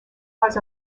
pas